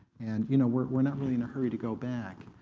and you know we're we're not really in a hurry to go back.